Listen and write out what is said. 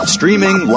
Streaming